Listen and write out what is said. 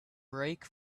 brake